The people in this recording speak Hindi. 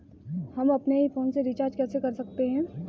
हम अपने ही फोन से रिचार्ज कैसे कर सकते हैं?